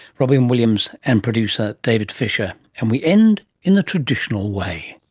robyn williams, and producer david fisher. and we end in the traditional way.